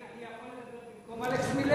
אני יכול לדבר במקום אלכס מילר?